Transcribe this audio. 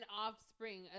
offspring